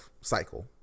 cycle